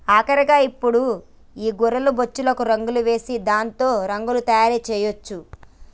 ఆఖరిగా ఇప్పుడు ఈ గొర్రె బొచ్చులకు రంగులేసి దాంతో రగ్గులు తయారు చేయొచ్చు